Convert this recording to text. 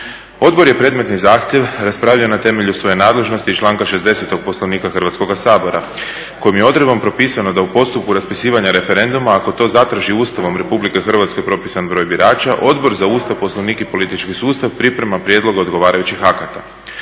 Odbor je predmetni zahtjev raspravio na temelju svoje nadležnosti iz članka 60. Poslovnika Hrvatskoga sabora kojom je odredbom propisano da u postupku raspisivanja referenduma ako to zatraži Ustavom Republike Hrvatske propisan broj birača, Odbor za Ustav, Poslovnik i politički sustav priprema prijedloge odgovarajućih akata.